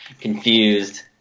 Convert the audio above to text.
confused